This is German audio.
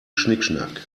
schnickschnack